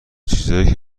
چیزایی